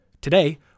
Today